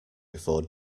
before